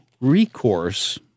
recourse